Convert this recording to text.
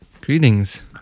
greetings